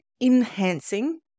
enhancing